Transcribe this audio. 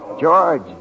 George